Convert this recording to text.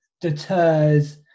deters